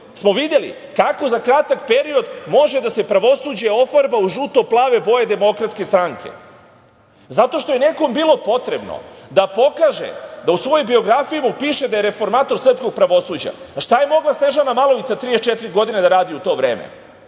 smo videli kako za kratak period može da se pravosuđe ofarba u žuto-plave boje DS. Zato što je nekom bilo potrebo da pokaže da u svojoj biografiji piše da je reformator sprskog pravosuđa. Šta je mogla Snežana Malović sa 34 godine da radi u to vreme?